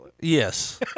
Yes